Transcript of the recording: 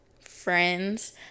friends